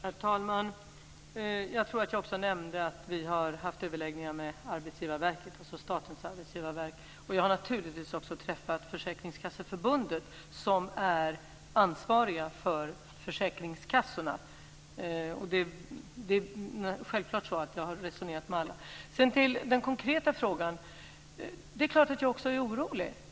Herr talman! Jag tror att jag också nämnde att vi har haft överläggningar med Statens arbetsgivarverk. Jag har naturligtvis också träffat Försäkringskasseförbundet som är ansvarigt för försäkringskassorna. Jag har självklart resonerat med alla. Sedan ska jag gå över till den konkreta frågan. Det är klart att jag också är orolig.